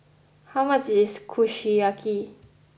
how much is Kushiyaki